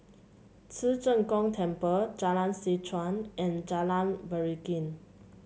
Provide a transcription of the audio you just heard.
Ci Zheng Gong Temple Jalan Seh Chuan and Jalan Beringin